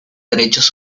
derechos